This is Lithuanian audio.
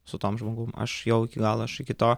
su tuom žmogum aš jau iki galo aš iki to